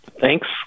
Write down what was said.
thanks